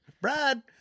Brad